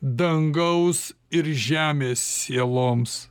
dangaus ir žemės sieloms